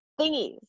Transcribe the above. thingies